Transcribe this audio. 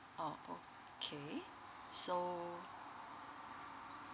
oh okay so